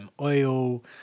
oil